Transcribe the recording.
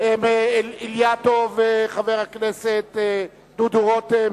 חבר הכנסת מולה,